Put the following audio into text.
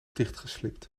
dichtgeslibd